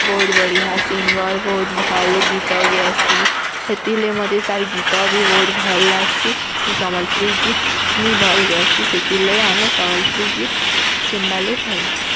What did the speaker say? ବହୁତ୍ ବଢ଼ିଆ ସିଙ୍ଗର୍ ବହୁତ୍ ଭଲ୍ ଗୀତ ଗ୍ୟାସି ସେଥିଲେ ମୋତେ ତା'ର୍ ଗୀତ ବି ବହୁତ୍ ଭଲ୍ ଲାଗ୍ସି ସେ ସମ୍ୱଲପୁରୀ ଗୀତ୍ କିତିନି ଭଲ୍ ଗ୍ୟାସି ସେଥି ଲାଗି ଆମେ ସମ୍ୱଲପୁରୀ ଗୀତ୍ ଶୁନ୍ବା ଲାଗି ଭଲ୍ ଲାଗ୍ସି